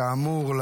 כאמור,